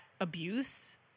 abuse